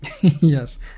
Yes